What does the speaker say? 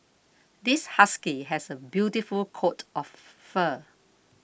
this husky has a beautiful coat of fur